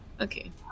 Okay